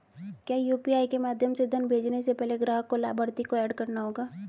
क्या यू.पी.आई के माध्यम से धन भेजने से पहले ग्राहक को लाभार्थी को एड करना होगा?